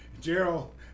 Gerald